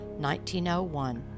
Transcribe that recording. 1901